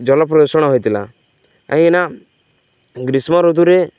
ଜଳ ପ୍ରଦୂଷଣ ହୋଇଥିଲା କାହିଁକିନା ଗ୍ରୀଷ୍ମ ଋତୁରେ